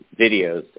videos